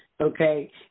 okay